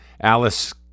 Alice